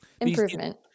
improvement